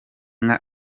inka